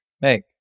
make